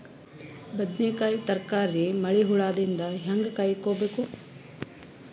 ಬದನೆಕಾಯಿ ತರಕಾರಿ ಮಳಿ ಹುಳಾದಿಂದ ಹೇಂಗ ಕಾಯ್ದುಕೊಬೇಕು?